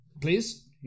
Please